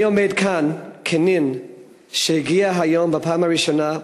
אני עומד כאן כנין שהגיע היום, בפעם הראשונה,